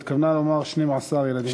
היא התכוונה לומר שנים-עשר ילדים.